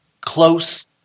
close